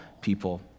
people